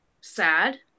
sad